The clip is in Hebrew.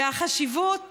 החשיבות